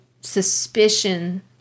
suspicion